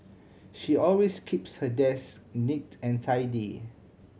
she always keeps her desk neat and tidy